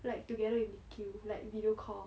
like together with niquel like video call